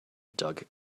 doug